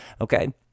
okay